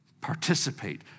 Participate